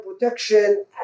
protection